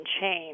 change